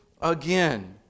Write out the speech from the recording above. again